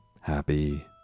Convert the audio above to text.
Happy